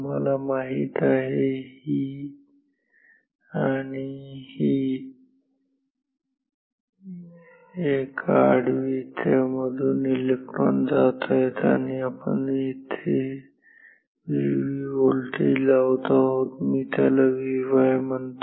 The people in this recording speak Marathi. तुम्हाला माहित आहे ही एक आणि ही आडवी एक त्यामधून इलेक्ट्रॉन जात आहेत आणि आपण इथे VV व्होल्टेज लावत आहोत मी त्याला Vy म्हणतो